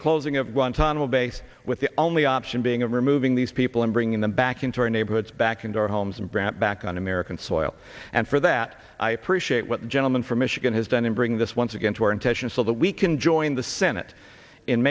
a closing of guantanamo base with the only option being of removing these people and bringing them back into our neighborhoods back into our homes and grant back on american soil and for that i appreciate what the gentleman from michigan has done and bring this once again to our attention so that we can join the senate